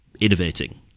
innovating